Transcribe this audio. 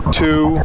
two